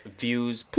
views